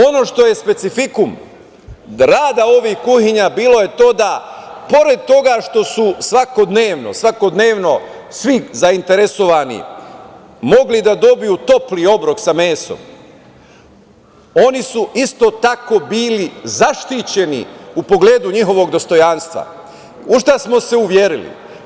Ono što je specifikum rada ovih kuhinja bilo je to da pored toga što su svakodnevno svi zainteresovani mogli da dobiju topli obrok sa mesom, oni su isto tako bili zaštićeni u pogledu njihovog dostojanstva, u šta smo se uverili.